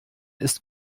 ist